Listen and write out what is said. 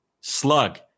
slug